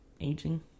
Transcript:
aging